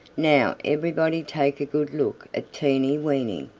now everybody take a good look at teeny weeny.